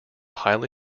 highly